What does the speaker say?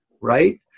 right